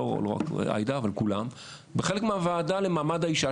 לא רק עאידה אלא כולן בחלק מהוועדה למעמד האישה,